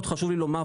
מאוד חשוב לי לומר,